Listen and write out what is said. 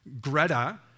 Greta